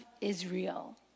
Israel